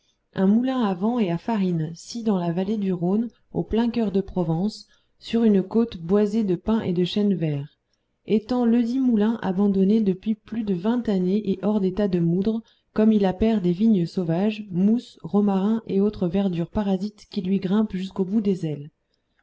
un moulin à vent et à farine sis dans la vallée du rhône au plein cœur de provence sur une côte boisée de pins et de chênes verts étant ledit moulin abandonné depuis plus de vingt années et hors d'état de moudre comme il appert des vignes sauvages mousses romarins et autres verdures parasites qui lui grimpent jusqu'au bout des ailes